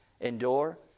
endure